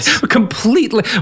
Completely